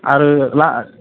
आरो ला